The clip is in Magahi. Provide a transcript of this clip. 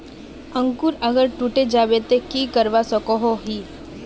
अंकूर अगर टूटे जाबे ते की करवा सकोहो ही?